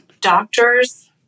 Doctors